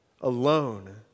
alone